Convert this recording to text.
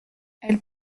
elle